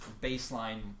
baseline